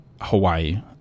Hawaii